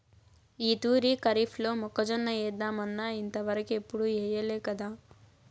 ఈ తూరి కరీఫ్లో మొక్కజొన్న ఏద్దామన్నా ఇంతవరకెప్పుడూ ఎయ్యలేకదా